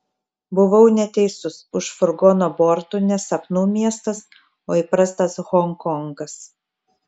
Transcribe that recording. buvau neteisus už furgono bortų ne sapnų miestas o įprastas honkongas